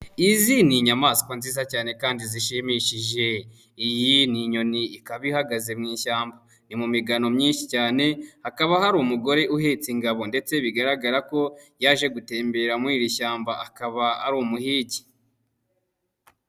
Izi ni inyamaswa nziza cyane kandi zishimishije, iyi ni inyoni, ikaba ihagaze mu ishyamba, iri mu migano myinshi cyane, hakaba hari umugore uhetse ingabo ndetse bigaragara ko yaje gutembera muri iri shyamba, akaba ari umuhigi.